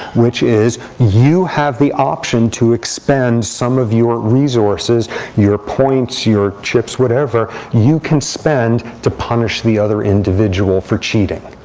which is you have the option to expend some of your resources your points, your chips, whatever you can spend to punish the other individual for cheating.